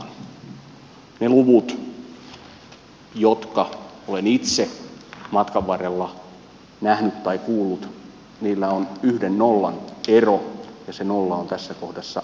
niillä luvuilla jotka olen itse matkan varrella nähnyt tai kuullut on yhden nollan ero ja se nolla on tässä kohdassa merkitsevä numero